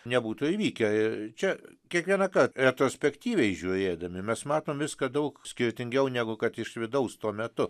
nebūtų įvykę ir čia kiekvienąkart retrospektyviai žiūrėdami mes matom viską daug skirtingiau negu kad iš vidaus tuo metu